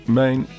mijn